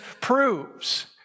proves